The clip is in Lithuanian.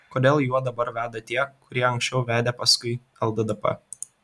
kodėl juo dabar veda tie kurie anksčiau vedė paskui lddp